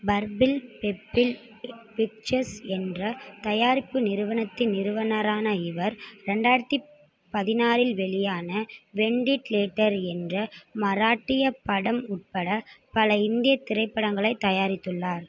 purple pebble pictures என்ற தயாரிப்பு நிறுவனத்தின் நிறுவனரான இவர் ரெண்டாயிரத்தி பதினாறில் வெளியான வெண்டிட்லேட்டர் என்ற மராட்டிய படம் உட்பட பல இந்திய திரைப்படங்களை தயாரித்துள்ளார்